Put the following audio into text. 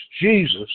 Jesus